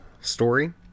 story